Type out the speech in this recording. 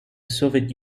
soviet